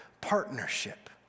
partnership